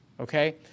okay